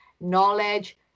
knowledge